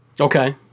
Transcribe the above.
Okay